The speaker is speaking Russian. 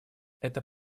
это